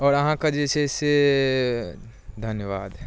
आओर अहाँ कऽ जे छै से धन्यबाद